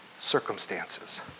circumstances